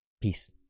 Peace